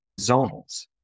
zonals